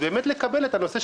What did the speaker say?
כדאי שנקבל מידע על השכר,